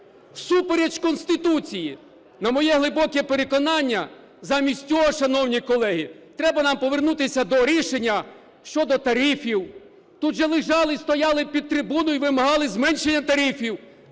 всупереч Конституції, на моє глибоке переконання. Замість цього, шановні колеги, треба нам повернутися до рішення щодо тарифів, тут же лежали і стояли під трибуною, вимагали зменшення тарифів.